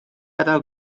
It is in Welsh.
adael